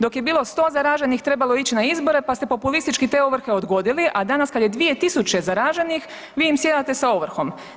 Dok je bilo 100 zaraženih trebalo je ići na izbore, pa ste populistički te ovrhe odgodili, a danas kada je 2 tisuće zaraženih vi im sjedate sa ovrhom.